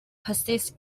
persist